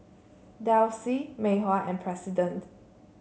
Delsey Mei Hua and President